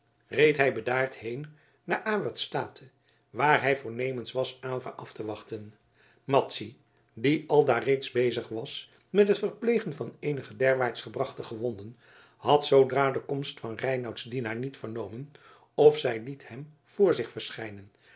reed hij bedaard heen naar awert state waar hij voornemens was aylva af te wachten madzy die aldaar reeds bezig was met het verplegen van eenige derwaarts gebrachte gewonden had zoodra de komst van reinouts dienaar niet vernomen of zij liet hem voor zich verschijnen